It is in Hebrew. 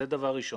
שנית,